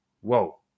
Whoa